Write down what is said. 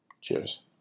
Cheers